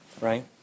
Right